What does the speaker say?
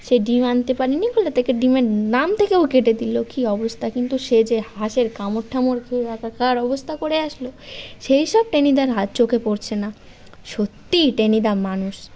সে ডিম আনতে পারেনি বলে তাকে ডিমের নাম থেকেও কেটে দিল কী অবস্থা কিন্তু সে যে হাঁসের কামড় ঠামড় খেয়ে একাকার অবস্থা করে আসলো সেই সব টেনিদার হাত চোখে পড়ছে না সত্যি টেনিদা মানুষ